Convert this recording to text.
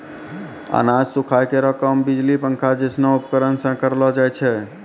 अनाज सुखाय केरो काम बिजली पंखा जैसनो उपकरण सें करलो जाय छै?